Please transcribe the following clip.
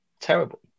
terrible